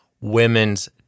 Women's